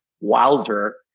Wowzer